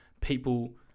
people